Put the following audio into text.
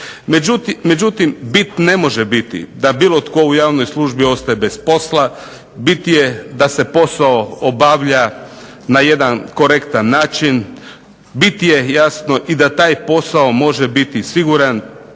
Međutim, ne može biti da bilo tko u javnoj službi ostaje bez posla, bit je da se posao obavlja na jedan korektan način. Bit je jasno i da taj posao može biti siguran,